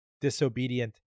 disobedient